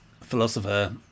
philosopher